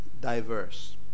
diverse